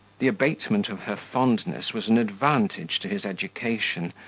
the abatement of her fondness was an advantage to his education,